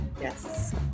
Yes